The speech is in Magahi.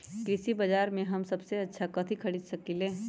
कृषि बाजर में हम सबसे अच्छा कथि खरीद सकींले?